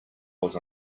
was